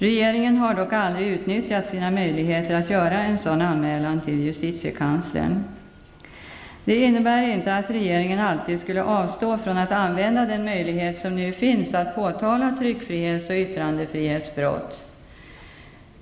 Regeringen har dock aldrig utnyttjat sina möjligheter att göra en sådan anmälan till justitiekanslern. Detta innebär inte att regeringen alltid skulle avstå från att använda den möjlighet som nu finns att påtala tryckfrihets och yttrandefrihetsbrott.